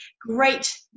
great